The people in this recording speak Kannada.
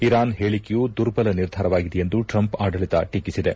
ಇರಾನ್ ಹೇಳಿಕೆಯು ದುರ್ಬಲ ನಿರ್ಧಾರವಾಗಿದೆ ಎಂದು ಟ್ರಂಪ್ ಆಡಳಿತ ಟೀಕಿಸಿದೆ